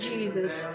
Jesus